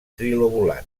trilobulat